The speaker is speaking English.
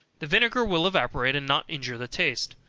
the vinegar will evaporate, and not injure the taste.